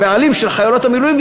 הבעלים של חיילות המילואים,